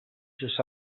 sus